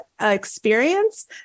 experience